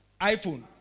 iPhone